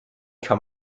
kann